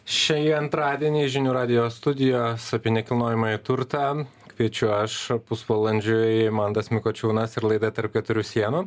šį antradienį žinių rantdijo studijos apie nekilnojamąjį turtą kviečiu aš pusvalandžiui mantas mikučiūnas ir laida tarp keturių sienų